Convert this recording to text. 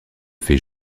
fait